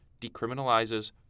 decriminalizes